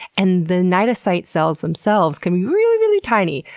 and the cnidocyte cells themselves can be really, really tiny,